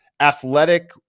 athletic